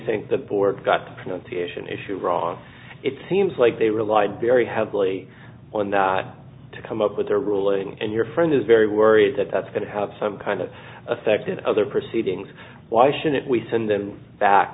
think the board got pronunciation issue wrong it seems like they relied very heavily on not to come up with their ruling and your friend is very worried that that's going to have some kind of affected other proceedings why shouldn't we send them back